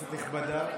כנסת נכבדה,